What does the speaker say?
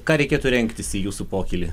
ką reikėtų rengtis į jūsų pokylį